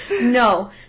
no